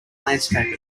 landscape